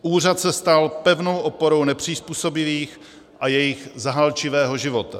Úřad se stal pevnou oporou nepřizpůsobivých a jejich zahálčivého života.